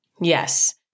Yes